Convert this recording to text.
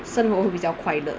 生活有比较快乐